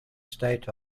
state